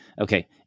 Okay